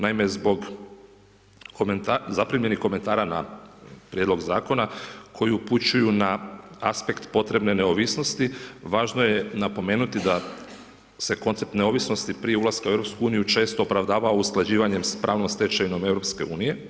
Naime, zbog zaprimljenih komentara na prijedlog zakona, koju upućuju na aspekt potrebne neovisnosti, važno je napomenuti da se koncept neovisnosti prije ulaska u EU, često opravdava o usklađivanje s pravnom stečevinom EU.